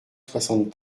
soixante